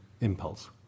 impulse